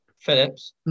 Phillips